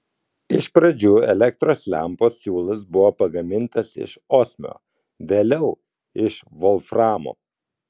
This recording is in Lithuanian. iš pradžių elektros lempos siūlas buvo pagamintas iš osmio vėliau iš volframo